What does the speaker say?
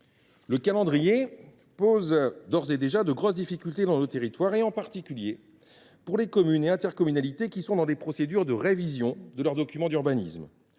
Le calendrier pose d’ores et déjà de grandes difficultés dans nos territoires, en particulier pour les communes et les intercommunalités engagées dans une procédure de révision de leurs documents d’urbanisme.